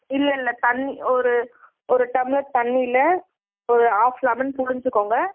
இல்லை இல்லை தண்ணி ஒரு ஒரு டம்ளர் தண்ணியில் ஒரு ஆஃப் லெமன் புழிஞ்சுக்கோங்க